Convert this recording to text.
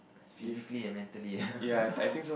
physically and mentally